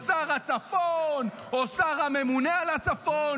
או שר הצפון, או השר הממונה על הצפון.